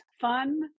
fun